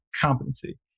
competency